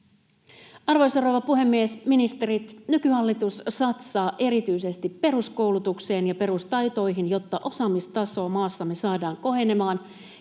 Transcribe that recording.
Arvoisa rouva puhemies! Ministerit! Nykyhallitus satsaa erityisesti peruskoulutukseen ja perustaitoihin, jotta osaamistaso maassamme saadaan kohenemaan